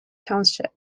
township